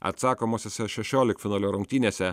atsakomosiose šešioliktfinalio rungtynėse